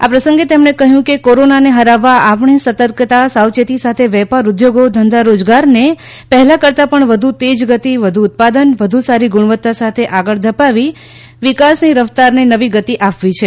આ પ્રસંગે તેમણે કહ્યું કે કોરોનાને ફરાવવા આપણે સતર્કતા સાવચેતી સાથે વેપાર ઊદ્યોગો ધંધા રોજગારને પહેલાં કરતાં પણ વધુ તેજ ગતિ વધુ ઉત્પાદન વધુ સારી ગુણવત્તા સાથે આગળ ધપાવી વિકાસની રફતારને નવી ગતિ આપવી છે